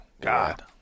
God